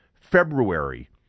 February